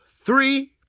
three